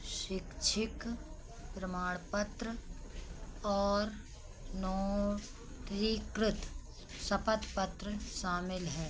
शिक्षित प्रमाणपत्र और नौ की कृत शपथ पत्र शामिल है